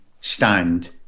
stand